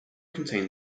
contained